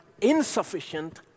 insufficient